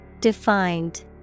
Defined